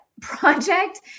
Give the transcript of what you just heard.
project